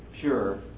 pure